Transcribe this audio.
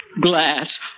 Glass